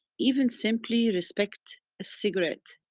even simply respect a cigarette,